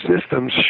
systems